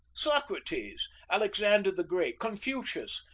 socrates, alexander the great, confucius,